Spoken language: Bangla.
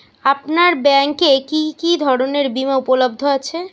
আপনার ব্যাঙ্ক এ কি কি ধরনের বিমা উপলব্ধ আছে?